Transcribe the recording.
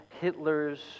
Hitler's